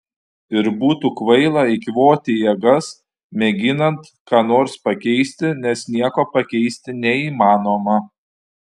ir būtų kvaila eikvoti jėgas mėginant ką nors pakeisti nes nieko pakeisti neįmanoma